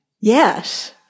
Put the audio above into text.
Yes